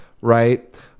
right